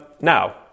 now